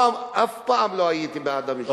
אף פעם לא הייתי בעד המשטר,